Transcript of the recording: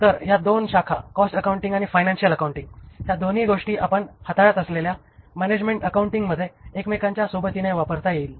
तर या दोन शाखा कॉस्ट अकाउंटिंग आणि फायनान्शिअल अकाउंटिंग या दोन्ही गोष्टी आपण हाताळत असलेल्या मॅनॅजमेन्ट अकाउंटिंगमध्ये एकमेकांच्या सोबतीने वापरता येईल